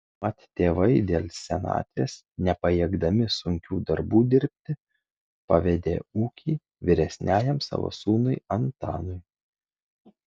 mat tėvai dėl senatvės nepajėgdami sunkių darbų dirbti pavedė ūkį vyresniajam savo sūnui antanui